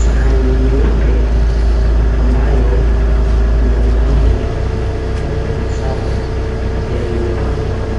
Sahani nyeupe ambayo ina mahamri kumi na saba yaliyopangwa